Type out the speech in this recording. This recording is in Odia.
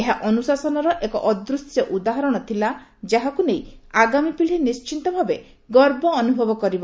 ଏହା ଅନୁଶାସନର ଏକ ଅଦୂଶ୍ୟ ଉଦାହରଣ ଥିଲା ଯାହାକୁ ନେଇ ଆଗାମୀ ପିଢ଼ି ନିର୍ଣିତ ଭାବେ ଗର୍ବ ଅନୁଭବ କରିବ